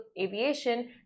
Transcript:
Aviation